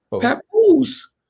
Papoose